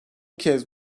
kez